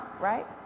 right